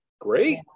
Great